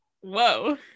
Whoa